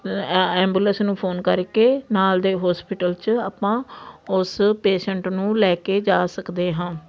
ambulance ਨੂੰ phone ਕਰਕੇ ਨਾਲ ਦੇ ਹੋਸਪੀਟਲ 'ਚ ਆਪਾਂ ਉਸ ਪੇਸ਼ੈਂਟ ਨੂੰ ਲੈ ਕੇ ਜਾ ਸਕਦੇ ਹਾਂ